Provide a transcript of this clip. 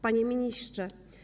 Panie Ministrze!